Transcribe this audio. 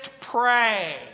pray